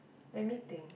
let me think